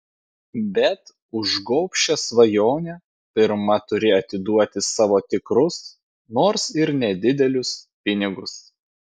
bet už gobšią svajonę pirma turi atiduoti savo tikrus nors ir nedidelius pinigus